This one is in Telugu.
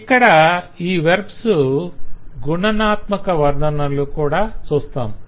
ఇక్కడ ఈ వెర్బ్స్ గుణాత్మక వర్ణనలు కూడా చూస్తాము